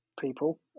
people